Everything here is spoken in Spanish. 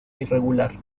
irregular